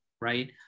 right